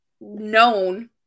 known